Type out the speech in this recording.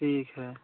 ठीक है